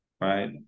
right